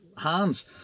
hands